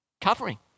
Covering